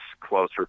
closer